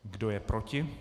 Kdo je proti?